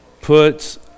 puts